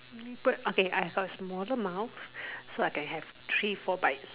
any bird okay I first smaller mouth so I can have three four bites